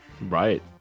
right